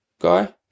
guy